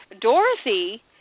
Dorothy